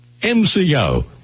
MCO